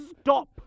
stop